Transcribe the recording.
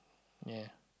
ya